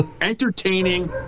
entertaining